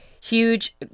huge